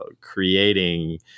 creating